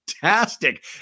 fantastic